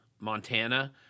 Montana